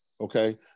Okay